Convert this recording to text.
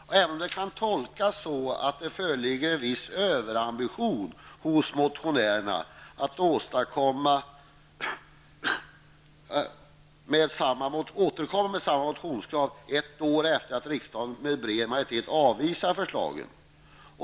Det kan möjligen tolkas så att det föreligger en viss överambition hos motionärerna när man återkommer med samma motionskrav ett år efter det att riksdagen med bred majoritet avvisat förslagen.